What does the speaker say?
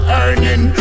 earning